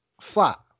flat